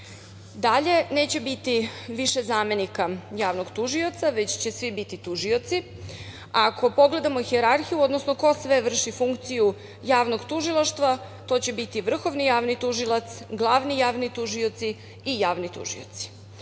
neće biti više zamenika javnog tužioca, već će svi biti tužioci. Ako pogledamo hijerarhiju, odnosno ko sve vrši funkciju javnog tužilaštva, to će biti Vrhovni javni tužilac, glavni javni tužioci i javni tužioci.